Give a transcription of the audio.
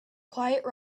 quite